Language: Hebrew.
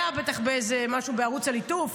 היה בטח משהו בערוץ הליטוף,